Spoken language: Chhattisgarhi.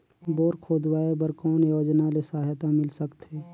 बोर खोदवाय बर कौन योजना ले सहायता मिल सकथे?